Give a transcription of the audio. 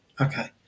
Okay